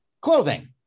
Clothing